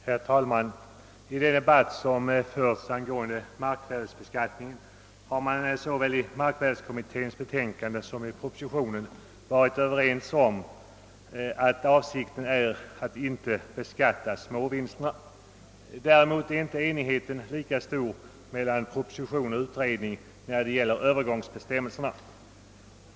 Herr talman! I denna debatt som förts angående markvärdebeskattning har man såväl i markvärdekommitténs betänkande som i propositionen varit överens om att avsikten inte är att beskatta småvinsterna. Däremot är enigheten inte lika stor beträffande övergångsbestämmelserna.